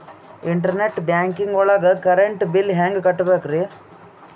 Internet banking ಒಳಗ್ current bill ಹೆಂಗ್ ಕಟ್ಟ್ ಬೇಕ್ರಿ?